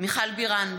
מיכל בירן,